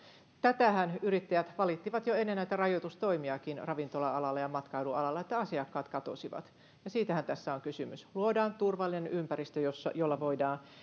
tätähän yrittäjät valittivat jo ennen näitä rajoitustoimiakin ravintola alalla ja matkailualalla että asiakkaat katosivat ja siitähän tässä on kysymys luodaan turvallinen ympäristö jolla voidaan